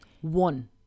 One